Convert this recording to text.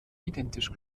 identisch